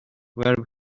were